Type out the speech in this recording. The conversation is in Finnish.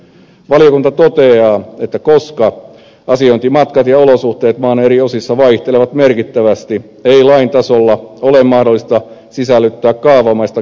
valiokunta toteaa että koska asiointimatkat ja olosuhteet maan eri osissa vaihtelevat merkittävästi ei lain tasolla ole mahdollista sisällyttää kaavamaista kilometrimäärää